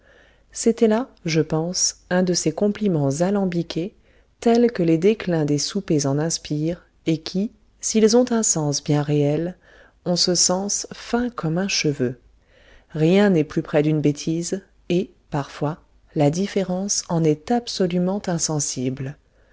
c'était là je pense un de ces compliments alambiqués tels que les déclins de soupers en inspirent et qui s'ils ont un sens bien réel ont ce sens fin comme un cheveu rien n'est plus près d'une bêtise et parfois la différence en est absolument insensible